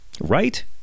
Right